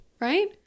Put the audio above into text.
right